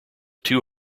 two